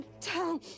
Tell